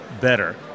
better